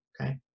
Okay